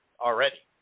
already